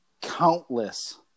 countless